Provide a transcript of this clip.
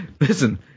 Listen